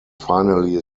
finally